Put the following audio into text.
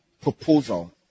proposal